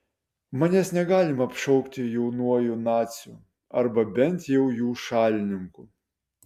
manęs negalima apšaukti jaunuoju naciu arba bent jau jų šalininku